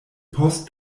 post